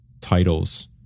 titles